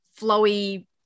flowy